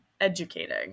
educating